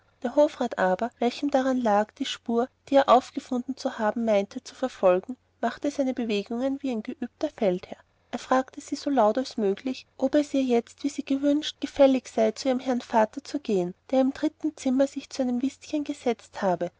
der hofrat aber welchem daran lag die spur die er aufgefunden zu haben meinte zu verfolgen machte seine bewegungen wie ein geübter feldherr er fragte sie so laut als möglich ob es ihr jetzt wie sie gewünscht gefällig sei zu ihrem herrn vater zu gehen der im dritten zimmer sich zu einem whistchen gesetzt habe